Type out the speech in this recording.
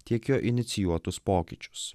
tiek jo inicijuotus pokyčius